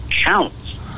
counts